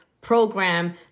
program